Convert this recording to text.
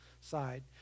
side